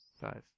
Five